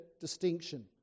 distinction